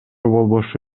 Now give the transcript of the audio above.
болбошу